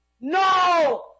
no